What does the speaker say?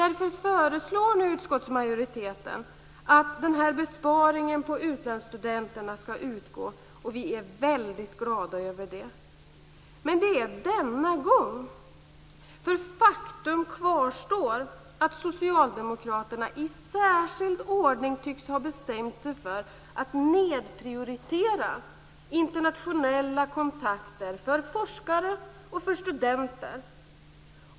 Därför föreslår nu utskottsmajoriteten att den här besparingen på utlandsstudenterna skall utgå, och vi är väldigt glada över det. Men det gäller denna gång. Faktum kvarstår: Socialdemokraterna tycks i särskild ordning ha bestämt sig för att inte prioritera internationella kontakter för forskare och studenter.